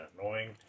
annoying